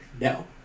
no